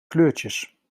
kleurtjes